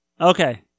Okay